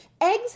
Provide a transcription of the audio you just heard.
eggs